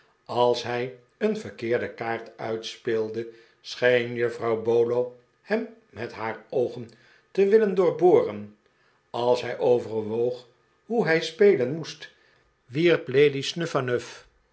als hij een verkeerde kaart uitspeelde scheen juffrouw bolo hem met haar oogen te willen doorboren als hij overwoog hoe hij spelen moest wierp lady snuphanuph